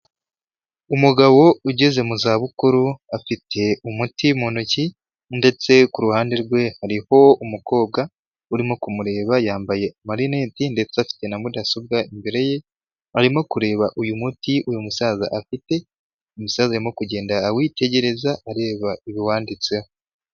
Umugabo ugeze mu zabukuru afite umuti mu ntoki ndetse ku ruhande rwe hariho umukobwa urimo kumureba, yambaye amarineti ndetse afite na mudasobwa, imbere ye arimo kureba uyu muti uyu musaza afite, umusazi arimo kugenda awitegereza areba ibiwanditseho.